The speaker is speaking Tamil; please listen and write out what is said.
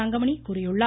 தங்கமணி கூறியுள்ளார்